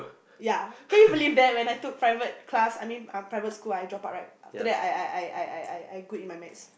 ya can you believe that when I took private class I mean uh private school I dropped out right after that I I I I I I I good in my maths